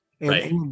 right